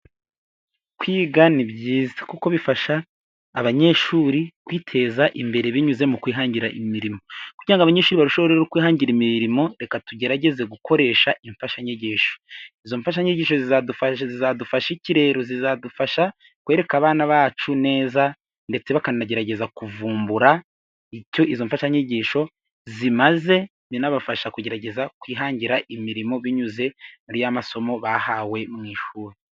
Kwiga ni byiza kuko bifasha abanyeshuri kwiteza imbere binyuze mu kwihangira imirimo, kugira abanyeshuri bashobore kwihangira imirimo reka tugerageze gukoresha imfashanyigisho, izo mfashanyigisho zizadufasha, zizadufasha iki rero, zizadufasha kwereka abana bacu neza ,ndetse bakanagerageza kuvumbura icyo izo mfashanyigisho zimaze, binabafasha kugerageza kwihangira imirimo binyuze muri ya masomo bahawe mu ishuri.